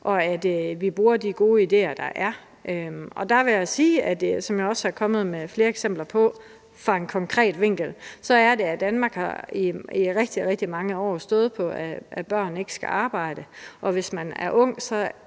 og at vi bruger de gode ideer, der er. Og der vil jeg sige, som jeg også har kommet med flere eksempler på fra en konkret vinkel, at Danmark i rigtig, rigtig mange år stået på, at børn ikke skal arbejde, og at hvis man er ung, er